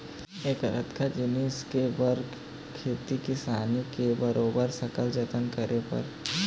ऐकर अतका जिनिस करे बर खेती किसानी के बरोबर सकल जतन करे बर